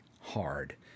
hard